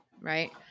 right